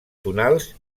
tonals